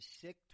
sick